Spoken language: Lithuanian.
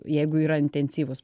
jeigu yra intensyvus sportas